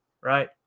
right